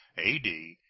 a d.